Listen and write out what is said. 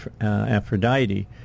Aphrodite